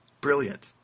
Brilliant